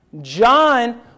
John